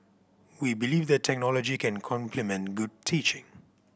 we believe that technology can complement good teaching